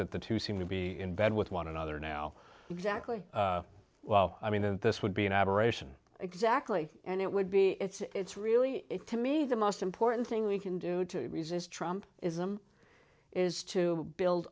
that the two seem to be in bed with one another now exactly well i mean this would be an aberration exactly and it would be it's really to me the most important thing we can do to resist trump ism is to build